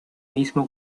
mismo